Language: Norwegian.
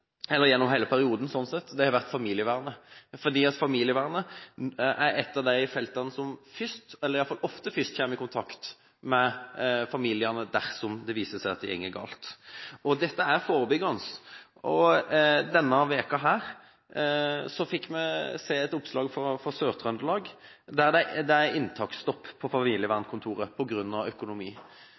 eller gjennom hele perioden, sånn sett – er familievernet. Familievernet er det som ofte først kommer i kontakt med familien dersom det viser seg at det går galt. Dette er forebyggende. Denne uken så vi et oppslag fra Sør-Trøndelag, der det sto at det er inntaksstopp på familievernkontoret på grunn av økonomi.